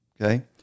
okay